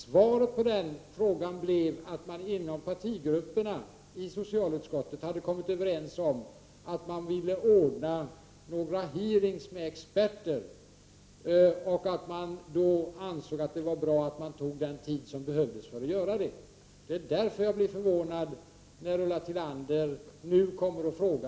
Svaret på frågan blev att man inom partigrupperna i socialutskottet hade kommit överens om att ordna några utfrågningar med experter och att det var bra om man tog den tid i anspråk som behövdes för att göra detta. Jag blir därför förvånad när Ulla Tillander nu kommer med sin fråga.